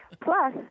Plus